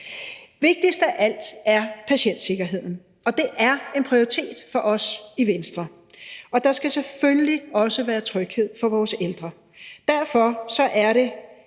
Vigtigst af alt er patientsikkerheden, og det er en prioritet for os i Venstre. Og der skal selvfølgelig også være tryghed for vores ældre, og derfor er det